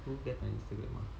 who get on Instagram ah